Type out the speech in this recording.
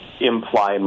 imply